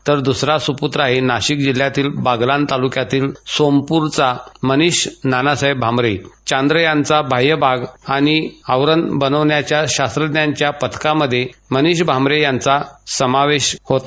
तर दुसरा सुपूत्र नाशिक जिल्ह्यातील बागलाण तालुक्यातील सोमपूरचा मनिष नानासाहेब भांबरे चांद्रयानचा बाह्य भाग आणि आवरण बनविण्याच्या शास्त्रज्ञांच्या पथकामध्ये मनिष भांबरे यांचा समावेश होता